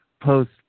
post